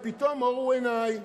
ופתאום אורו עיני.